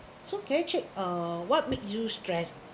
so can you check uh what make you stress